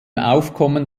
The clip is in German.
aufkommen